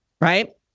right